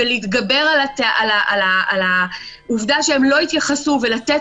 ולהתגבר על העובדה שהם לא התייחסו ולתת